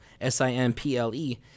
S-I-M-P-L-E